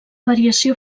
variació